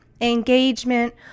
engagement